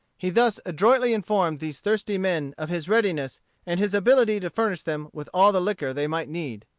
he thus adroitly informed these thirsty men of his readiness and his ability to furnish them with all the liquor they might need.